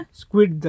squid